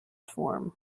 form